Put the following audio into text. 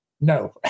No